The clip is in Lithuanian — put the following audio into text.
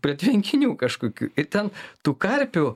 prie tvenkinių kažkokių ten tų karpių